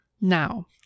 Now